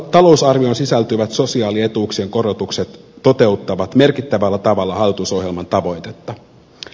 talousarvioon sisältyvät sosiaalietuuksien korotukset toteuttavat merkittävällä tavalla hallitusoh jelman tavoitetta